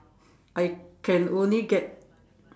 I can only get